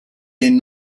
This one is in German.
den